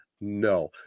No